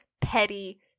petty